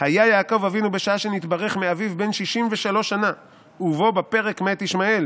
היה יעקב אבינו בשנה שנתברך מאביו בן ששים ושלש שנה ובו בפרק מת ישמעאל